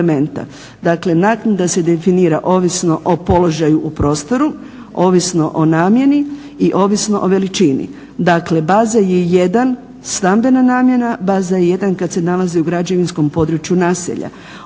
dakle naknada se definira ovisno o položaju u prostoru, ovisno o namjeni i ovisno o veličini. Dakle, baza je jedan stambena namjena, baza jedan kad se nalazi u građevinskom području naselja.